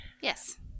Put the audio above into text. Yes